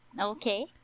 Okay